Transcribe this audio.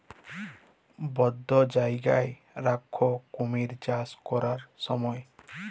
বধ্য জায়গায় রাখ্যে কুমির চাষ ক্যরার স্যময়